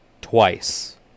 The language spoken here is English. Twice